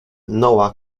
noah